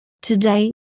Today